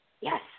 Yes